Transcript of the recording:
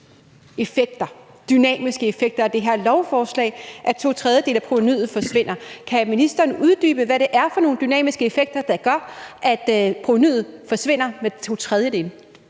massive dynamiske effekter af det her lovforslag, at to tredjedele af provenuet forsvinder. Kan ministeren uddybe, hvad det er for nogle dynamiske effekter, der gør, at provenuet forsvinder med to tredjedele?